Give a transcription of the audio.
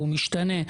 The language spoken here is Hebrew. הוא משתנה.